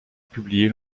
publier